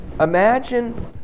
imagine